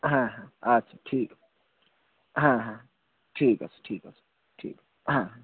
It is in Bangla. হ্যাঁ হ্যাঁ আচ্ছা ঠিক হ্যাঁ হ্যাঁ ঠিক আছে ঠিক আছে ঠিক হ্যাঁ হ্যাঁ